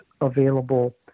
available